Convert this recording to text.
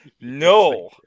no